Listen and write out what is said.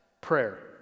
prayer